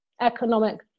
economic